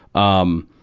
um,